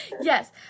Yes